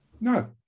No